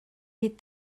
est